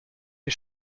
les